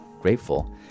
grateful